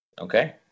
Okay